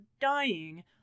dying